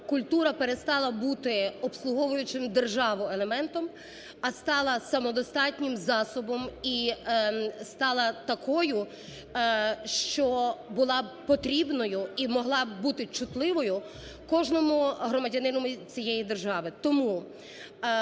культура перестала бути обслуговуючим державу елементом, а стала самодостатнім засобом і стала такою, що була б потрібною і могла б бути чутливою кожному громадянину цієї держави.